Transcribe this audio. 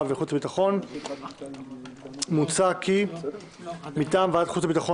וועדת החוץ והביטחון מוצע כי מטעם ועדת החוץ והביטחון